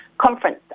Conference